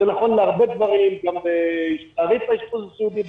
זה נכון להרבה דברים, גם תעריף האשפוז הסיעודי.